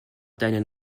deinen